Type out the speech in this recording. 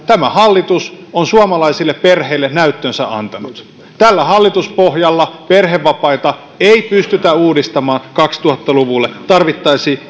tämä hallitus on suomalaisille perheille näyttönsä antanut tällä hallituspohjalla perhevapaita ei pystytä uudistamaan kaksituhatta luvulle tarvittaisiin